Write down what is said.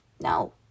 No